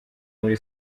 muri